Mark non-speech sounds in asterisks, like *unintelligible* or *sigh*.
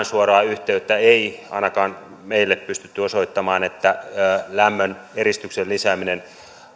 *unintelligible* suoraa yhteyttä ei ainakaan meille pystytty osoittamaan että lämmöneristyksen lisääminen